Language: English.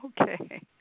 Okay